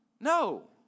No